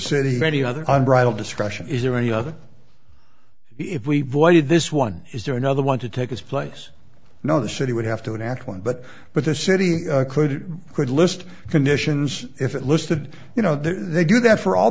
city any other unbridled discretion is there any other if we voted this one is there another one to take his place you know the city would have to an athlon but but the city could could list conditions if it listed you know they do that for all